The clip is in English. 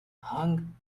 hung